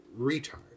retard